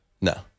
no